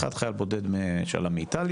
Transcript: לוחמים כמובן: חייל בודד אחד שעלה מאיטליה,